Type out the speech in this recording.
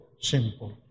simple